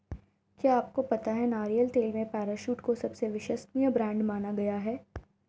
क्या आपको पता है नारियल तेल में पैराशूट को सबसे विश्वसनीय ब्रांड माना गया है?